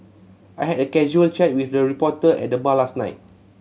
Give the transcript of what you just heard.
I had a casual chat with a reporter at the bar last night